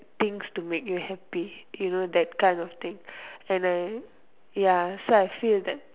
things to make you happy you know that kind of thing and I ya so I feel that